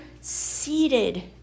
seated